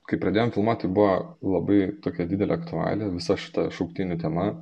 kai pradėjom filmuot tai buvo labai tokia didelė aktualija visa šita šauktinių tema